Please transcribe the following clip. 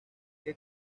que